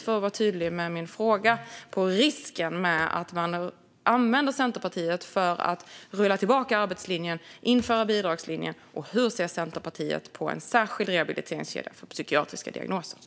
För att vara tydlig med mina frågor: Hur ser Centerpartiet på risken att man använder Centerpartiet för att rulla tillbaka arbetslinjen och införa bidragslinjen? Och hur ser Centerpartiet på en särskild rehabiliteringskedja för psykiatriska diagnoser?